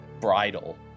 bridle